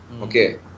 Okay